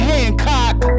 Hancock